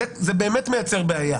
זה באמת מייצר בעיה